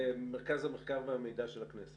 מרכז המחקר והמידע של הכנסת.